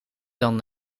dan